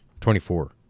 24